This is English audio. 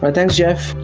but thanks jeff.